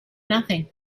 nothing